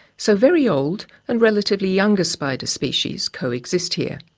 so very old and relatively younger spider species coexist here.